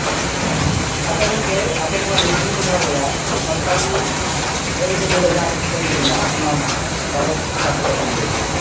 ᱟᱪᱷᱟ ᱜᱚᱝᱠᱮ ᱟᱯᱮ ᱱᱚᱶᱟ ᱵᱤᱨᱵᱷᱩᱢ ᱴᱚᱴᱷᱟ ᱨᱮᱭᱟᱜ ᱥᱟᱱᱛᱟᱲᱤ ᱟᱹᱨᱤᱪᱟᱹᱞᱤ ᱨᱮ ᱡᱟᱦᱟᱸ ᱮᱱᱮᱡ ᱥᱮᱨᱮᱧ ᱠᱚ ᱢᱮᱱᱟᱜᱼᱟ ᱚᱱᱟ ᱵᱟᱵᱚᱫᱼᱛᱮ ᱵᱟᱨᱯᱮ ᱠᱟᱛᱷᱟᱢ ᱞᱟᱹᱭᱟ